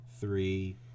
three